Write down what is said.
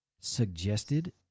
suggested